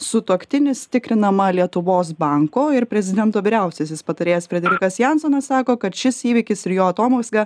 sutuoktinis tikrinama lietuvos banko ir prezidento vyriausiasis patarėjas frederikas jansonas sako kad šis įvykis ir jo atomazga